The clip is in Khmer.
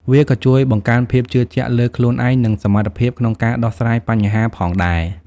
វាក៏ជួយបង្កើនភាពជឿជាក់លើខ្លួនឯងនិងសមត្ថភាពក្នុងការដោះស្រាយបញ្ហាផងដែរ។